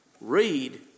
Read